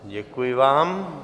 Děkuji vám.